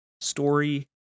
story